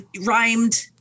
rhymed